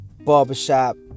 barbershop